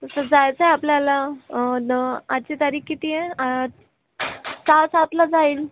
तसं जायचं आहे आपल्याला न आजची तारीख किती आहे आज सहा सातला जाईल